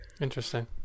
Interesting